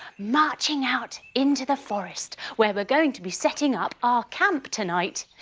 marching out into the forest where we're going to be setting up our camp tonight.